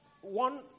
One